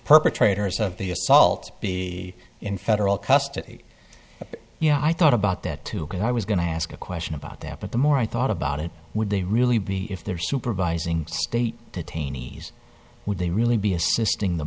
perpetrators of the assault be in federal custody you know i thought about that too because i was going to ask a question about that but the more i thought about it would they really be if they're supervising state detainees would they really be assisting the